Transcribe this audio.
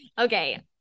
okay